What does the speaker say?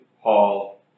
Paul